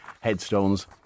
headstones